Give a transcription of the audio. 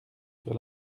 sur